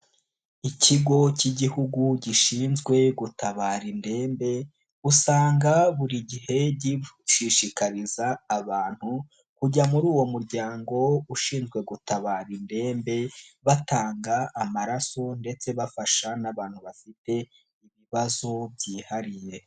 Ikigo cy'Igihugu gishinzwe gutabara indembe usanga buri gihe gishishikariza abantu kujya muri uwo muryango ushinzwe gutabara indembe batanga amaraso ndetse bafasha n'abantu bafite ibibazo byihariye.